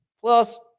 Plus